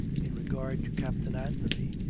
in regard to captain anthony,